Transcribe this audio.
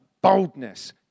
Boldness